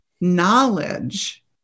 knowledge